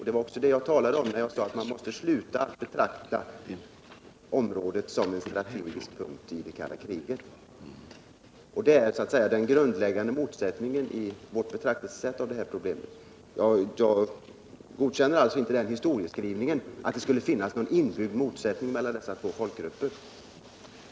Det var också det jag menade när jag sade att man måste sluta att betrakta området som en strategisk punkt i det kalla kriget. Det är så att säga den grundläggande skillnaden i vårt sätt att betrakta problemet. Jag godkänner alltså inte historieskrivningen att det skulle finnas någon inbyggd motsättning mellan dessa två folkgrupper.